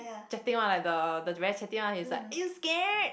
chatty one like the the very chatty one he's like are you scared